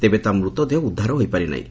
ତେବେ ତା ମୃତଦେହ ଉଦ୍ଧାର ହୋଇପାରିନାହିଁ